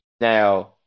Now